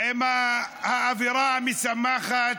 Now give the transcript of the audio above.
עם האווירה המשמחת,